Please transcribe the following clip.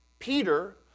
Peter